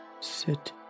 Sit